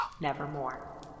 Nevermore